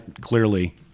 clearly